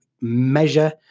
measure